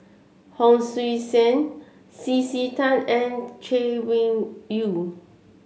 Hon Sui Sen C C Tan and Chay Weng Yew